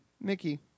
Mickey